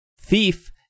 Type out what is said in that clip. thief